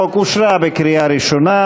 התשע"ו 2016,